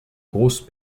grosses